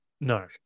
No